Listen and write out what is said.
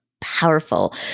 powerful